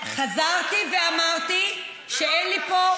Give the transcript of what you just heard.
חזרתי ואמרתי שאין לי פה,